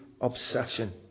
obsession